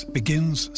begins